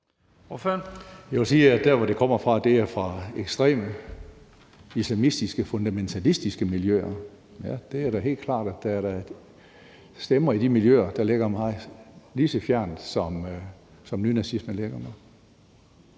(SF): Jeg vil sige, at der, hvor det kommer fra, er ekstreme islamistiske fundamentalistiske miljøer. Ja, det er da helt klart, at der er stemmer i de miljøer, der ligger mig lige så fjernt, som nynazismen gør.